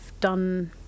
done